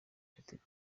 ufatika